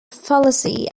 fallacy